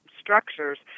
structures